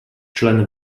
člen